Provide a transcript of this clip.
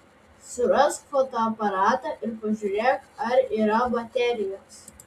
surask fotoaparatą ir pažiūrėk ar yra baterijos